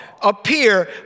appear